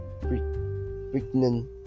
pregnant